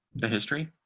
the history.